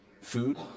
food